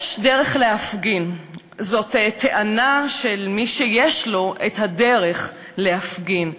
"יש דרך להפגין" זאת טענה של מי שיש לו הדרך להפגין,